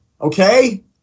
okay